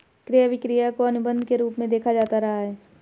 क्रय विक्रय को अनुबन्ध के रूप में देखा जाता रहा है